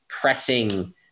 pressing